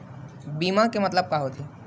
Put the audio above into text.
बीमा के मतलब का होथे?